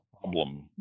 problem